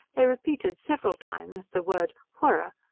they repeated several times the word whurra,